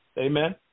Amen